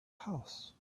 house